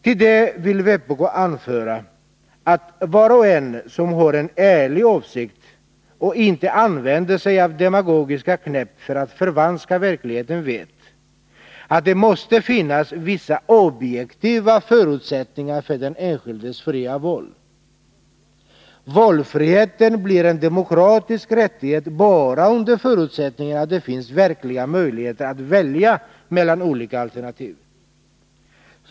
Till det vill vpk anföra, att var och en som har en ärlig avsikt och inte använder sig av demagogiska knep för att förvanska verkligheten vet, att det måste finnas vissa objektiva förutsättningar för den enskildes fria val. Valfriheten blir en demokratisk rättighet bara under förutsättning att det finns verkliga möjligheter att välja mellan olika alternativ.